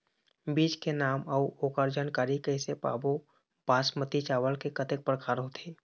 बीज के नाम अऊ ओकर जानकारी कैसे पाबो बासमती चावल के कतेक प्रकार होथे?